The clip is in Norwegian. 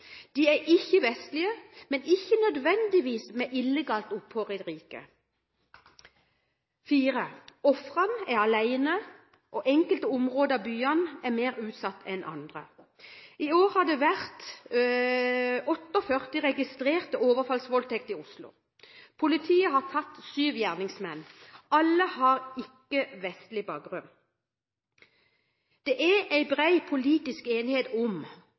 De er ikke-vestlige, men ikke nødvendigvis med illegalt opphold i riket. Ofrene er alene, og enkelte områder i byene er mer utsatt enn andre. I år har det vært 48 registrerte overfallsvoldtekter i Oslo. Politiet har tatt syv gjerningsmenn. Alle har ikke-vestlig bakgrunn. Det er bred politisk enighet om